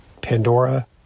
Pandora